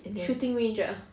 shooting range ah